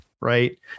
right